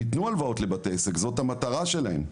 הם יתנו הלוואות לבתי עסק, זאת המטרה שלהם.